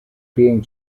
being